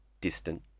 distant